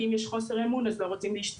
כי אם יש חוסר אמון אז לא רוצים להשתתף.